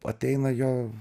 ateina jo